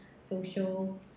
social